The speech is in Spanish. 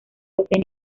posee